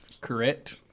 correct